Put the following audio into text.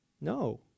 no